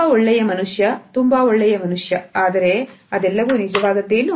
ತುಂಬಾ ಒಳ್ಳೆಯ ಮನುಷ್ಯ ತುಂಬಾ ಒಳ್ಳೆಯ ಮನುಷ್ಯ ಆದರೆ ಅದೆಲ್ಲವೂ ನಿಜವಾದದ್ದೇನು